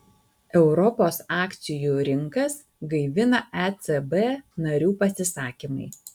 europos akcijų rinkas gaivina ecb narių pasisakymai